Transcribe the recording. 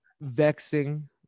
vexing